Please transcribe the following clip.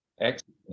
Excellent